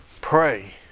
Pray